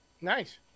Nice